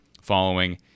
following